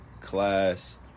class